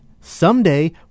Someday